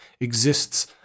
exists